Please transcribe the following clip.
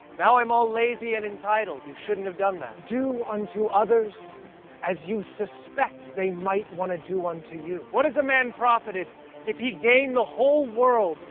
now i'm all lazy and entitled. you shouldn't have done that. do unto others as you suspect they might want to do unto you. what is a man profited if he gain the whole world,